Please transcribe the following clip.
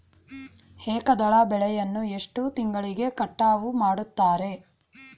ಏಕದಳ ಬೆಳೆಯನ್ನು ಎಷ್ಟು ತಿಂಗಳಿಗೆ ಕಟಾವು ಮಾಡುತ್ತಾರೆ?